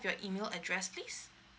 your email address please